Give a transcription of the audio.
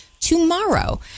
tomorrow